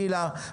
גילה,